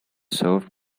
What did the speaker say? served